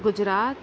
Gujarat